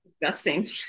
disgusting